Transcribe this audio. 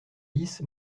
dix